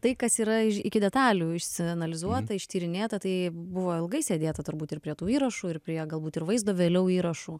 tai kas yra ir iki detalių išsianalizuota ištyrinėta tai buvo isėdėta turbūt ir prie tų įrašų ir prie galbūt ir vaizdo vėliau įrašų